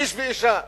איש ואשה?